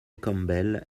campbell